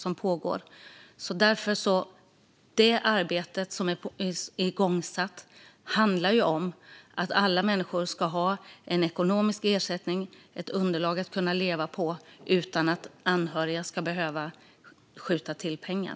Men det arbete som är igångsatt handlar om att alla människor ska ha en ekonomisk ersättning som de kan leva på utan att anhöriga behöver skjuta till pengar.